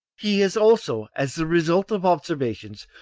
he has also, as the result of observations,